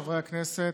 חברי הכנסת,